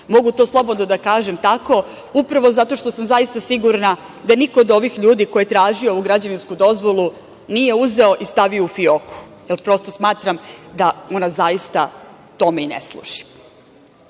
Mogu to slobodno da kažem tako, upravo zato što sam zaista sigurna da niko od ovih ljudi koji su tražili ovu građevinsku dozvolu, nije uzeo i stavio u fioku. Prosto, smatram da ona zaista tome i ne služi. Sve